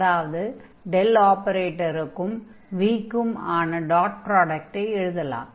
அதாவது ஆபரேட்டருக்கும் v க்கும் ஆன டாட் ப்ராடக்ட்டை எழுதலாம்